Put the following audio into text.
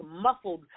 muffled